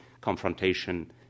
confrontation